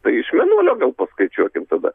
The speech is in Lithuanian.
tai iš mėnulio gal paskaičiuokim tada